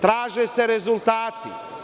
Traže se rezultati.